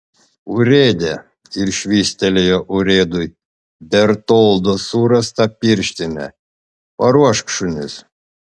urėde ir švystelėjo urėdui bertoldo surastą pirštinę paruošk šunis